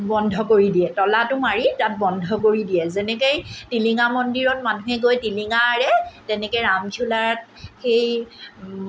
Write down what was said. বন্ধ কৰি দিয়ে তলাটো মাৰি তাত বন্ধ কৰি দিয়ে যেনেকৈ টিলিঙা মন্দিৰত মানুহে গৈ টিলিঙা আৰে তেনেকে ৰামঝোলাত সেই